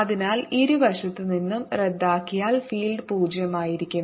അതിനാൽ ഇരു വശത്ത് നിന്ന് റദ്ദാക്കിയാൽ ഫീൽഡ് 0 ആയിരിക്കും